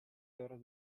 loro